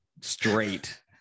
straight